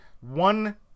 one